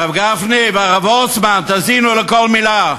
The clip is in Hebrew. הרב גפני והרב וורצמן, תאזינו לכל מילה.